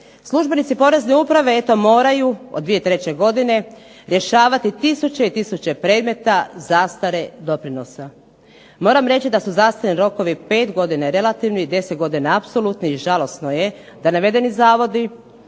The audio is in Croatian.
službenici Porezne uprave moraju od 2003. godine rješavati tisuće predmeta zastare doprinosa. Moram reći da su zastarni rokovi 5 godina i relativni 10, apsolutni i žalosno je da navedeni zavodi